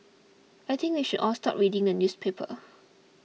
I think we should all stop reading the newspaper